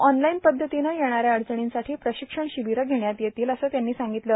online पद्धतीने येणा या अडचणीसाठी प्रशिक्षण र्शाबरे घेण्यात येईल असं त्यांनी सांगितले